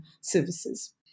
services